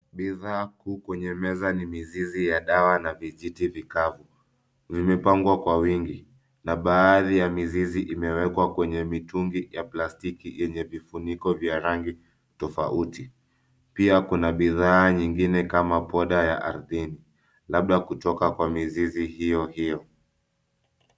Bidhaa kuu kwenye meza ni mizizi ya dawa na vijiti vikavu. Vimepangwa kwa wingi na baadhi ya mizizi imewekwa kwenye mitungi ya plastiki yenye vifuniko vya rangi tofauti. Pia kuna bidhaa nyingine kama poda ya ardhini, labda kutoka kwa mizizi hiyo hiyo.